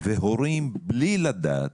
והורים בלי לדעת,